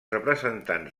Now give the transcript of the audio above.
representants